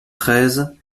treize